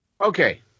Okay